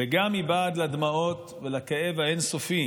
וגם מבעד לדמעות ולכאב האין-סופי